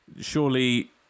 surely